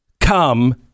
come